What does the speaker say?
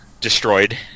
destroyed